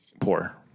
poor